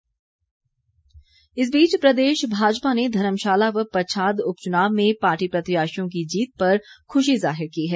प्रतिक्रिया भाजपा इस बीच प्रदेश भाजपा ने धर्मशाला व पच्छाद उपचुनाव में पार्टी प्रत्याशियों की जीत पर खुशी जाहिर की है